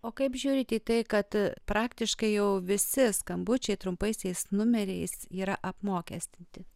o kaip žiūrit į tai kad praktiškai jau visi skambučiai trumpaisiais numeriais yra apmokestinti